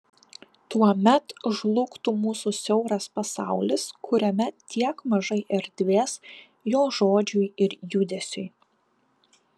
tuomet žlugtų mūsų siauras pasaulis kuriame tiek mažai erdvės jo žodžiui ir judesiui